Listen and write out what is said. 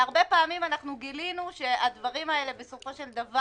והרבה פעמים אנחנו גילינו שהדברים האלה בסופו של דבר,